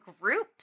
groups